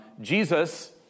Jesus